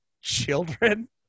children